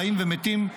חיים ומתים,